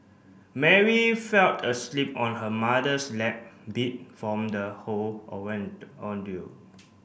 Mary felled asleep on her mother's lap beat from the whole ordeal